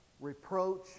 reproach